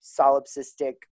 solipsistic